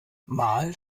mal